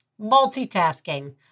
Multitasking